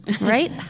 right